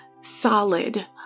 solid